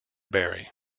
berry